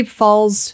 falls